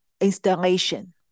installation